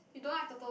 you don't like turtle